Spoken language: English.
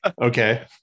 Okay